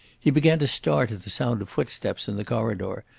he began to start at the sound of footsteps in the corridor,